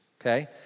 Okay